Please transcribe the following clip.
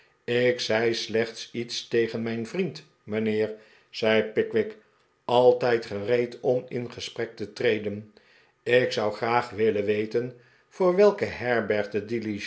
ik zei slechts iets tegen mijn vriend mijnheer zei pickwick altijd gereed om in gesprek te treden ik zou graag willen weten voor welke herberg de